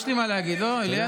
יש לי מה להגיד, אלעזר.